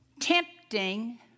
Tempting